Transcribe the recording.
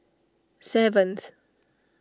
seventh